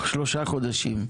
שלושה חודשים.